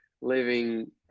living